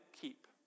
keep